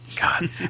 God